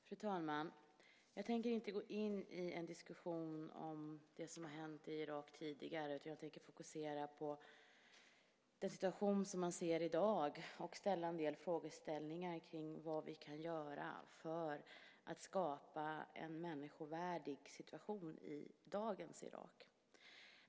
Fru talman! Jag tänker inte gå in i en diskussion om det som har hänt i Irak tidigare, utan jag tänker fokusera på den situation som man ser i dag och ställa en del frågor kring vad vi kan göra för att skapa en människovärdig situation i dagens Irak.